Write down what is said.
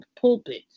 pulpits